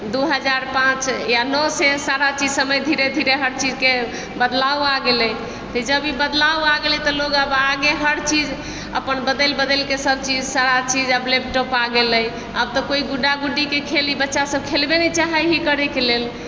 दू हजार पाँच या नओ सँ सारा चीज धीरे धीरे हर चीजके बदलाव आबि गेलैए तऽ जखन ई बदलाव आबि गेलै तऽ लोग आब आगू हर चीज अपन बदलि बदलि कए सब चीज सारा चीज लैपटॉप आबि गेलैए आब तऽ कोइ गुड्डा गुड्डीके खेल ई बच्चा सब खेलबे नहि चाहैत हय करबाक लेल